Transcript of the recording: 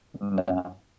No